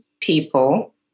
people